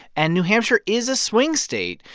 and new hampshire is a swing state.